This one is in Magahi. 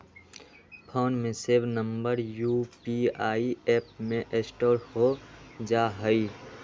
फोन में सेव नंबर यू.पी.आई ऐप में स्टोर हो जा हई